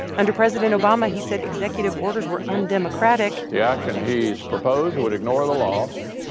under president obama, he said executive orders were undemocratic. the action he's proposed would ignore the law,